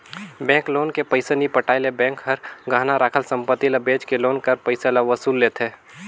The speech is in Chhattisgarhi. बेंक लोन के पइसा नी पटाए ले बेंक हर गहना राखल संपत्ति ल बेंच के लोन कर पइसा ल वसूल लेथे